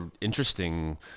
interesting